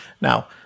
now